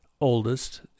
Oldest